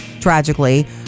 tragically